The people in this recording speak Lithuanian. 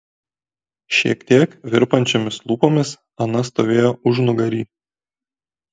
šiek tiek virpančiomis lūpomis ana stovėjo užnugary